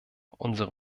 unsere